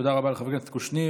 תודה רבה לחבר הכנסת קושניר.